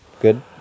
Good